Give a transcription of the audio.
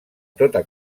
tota